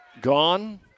gone